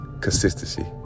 consistency